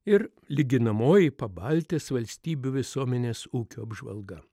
ir lyginamoji pabaltijos valstybių visuomenės ūkio apžvalga